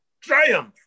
triumph